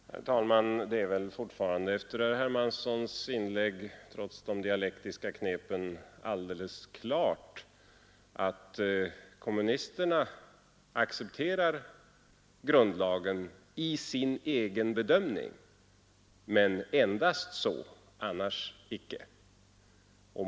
Herr talman! Trots de dialektiska knepen är det väl efter herr Hermanssons inlägg fortfarande alldeles klart, att kommunisterna accepterar grundlagen i sin egen bedömning — men endast så, annars icke.